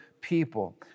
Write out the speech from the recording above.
people